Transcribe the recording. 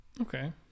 Okay